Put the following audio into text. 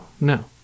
no